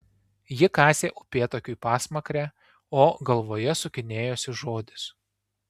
ji kasė upėtakiui pasmakrę o galvoje sukinėjosi žodis